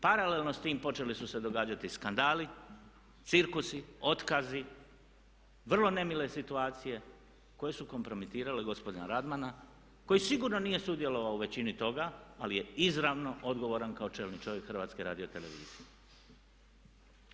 Paralelno sa time počeli su se događati skandali, cirkusi, otkazi, vrlo nemile situacije koje su kompromitirale gospodina Radmana koji sigurno nije sudjelovao u većini toga ali je izravno odgovoran kao čelni čovjek HRT-a.